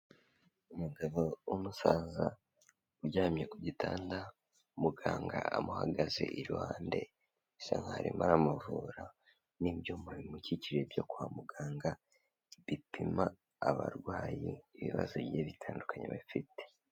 Umugabo w'umusaza, uryamye ku gitanda, muganga amuhagaze iruhande, bisa nk'aho arimo aramuvura n'ibyuma bimukikije byo kwa muganga, bipima abarwayi ibibazo bigiye bitandukanye bafite.